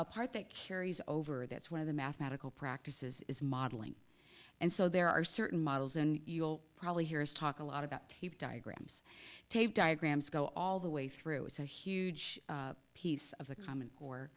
part that carries over that's one of the mathematical practices is modeling and so there are certain models and you'll probably hear us talk a lot about diagrams take diagrams go all the way through it's a huge piece of the common